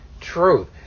truth